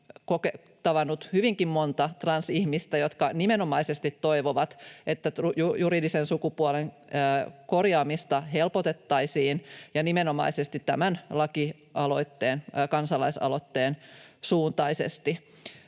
olen tavannut hyvinkin monta transihmistä, jotka nimenomaisesti toivovat, että juridisen sukupuolen korjaamista helpotettaisiin ja nimenomaisesti tämän kansalaisaloitteen suuntaisesti.